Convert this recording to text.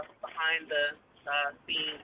behind-the-scenes